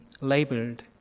labeled